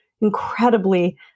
incredibly